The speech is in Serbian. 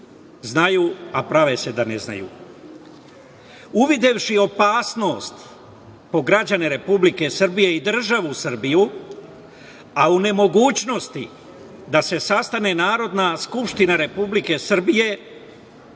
znaju, a prave se da ne znaju. Uvidevši opasnost po građane Republike Srbije i državu Srbiju, a u nemogućnosti da se sastane NS RS, predsednik Republike Srbije,